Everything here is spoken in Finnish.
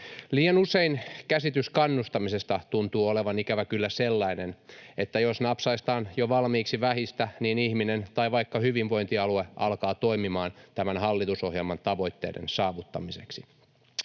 Liian usein käsitys kannustamisesta tuntuu olevan ikävä kyllä sellainen, että jos napsaistaan jo valmiiksi vähistä, niin ihminen tai vaikka hyvinvointialue alkaa toimimaan tämän hallitusohjelman tavoitteiden saavuttamiseksi.